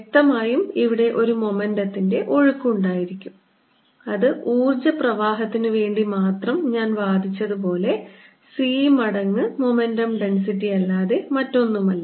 വ്യക്തമായും ഇവിടെ ഒരു മൊമെന്റത്തിൻറെ ഒഴുക്ക് ഉണ്ടായിരിക്കും അത് ഊർജ്ജ പ്രവാഹത്തിന് വേണ്ടി മാത്രം ഞാൻ വാദിച്ചതുപോലെ c മടങ്ങ് മൊമെന്റം ഡെൻസിറ്റി അല്ലാതെ മറ്റൊന്നുമല്ല